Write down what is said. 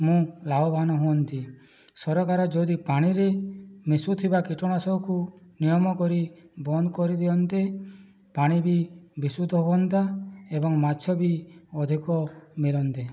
ମୁଁ ଲାଭବାନ ହୁଅନ୍ତି ସରକାର ଯଦି ପାଣିରେ ମିଶୁଥିବା କୀଟନାଶକକୁ ନିୟମ କରି ବନ୍ଦ କରିଦିଅନ୍ତେ ପାଣିବି ବିଶୁଦ୍ଧ ହୁଅନ୍ତା ଏବଂ ମାଛବି ଅଧିକ ମରନ୍ତେ